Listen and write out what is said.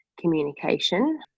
communication